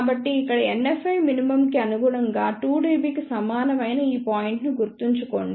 కాబట్టి ఇక్కడ NFmin కి అనుగుణంగా 2 dB కి సమానమైన ఈ పాయింట్ గుర్తుకు తెచ్చుకోండి